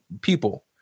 people